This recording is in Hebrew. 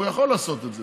הוא יכול לעשות את זה.